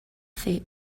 fer